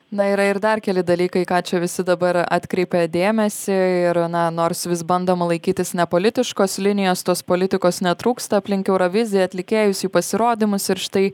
na yra ir dar keli dalykai ką čia visi dabar atkreipė dėmesį ir na nors vis bandoma laikytis nepolitiškos linijos tos politikos netrūksta aplink euroviziją atlikėjus jų pasirodymus ir štai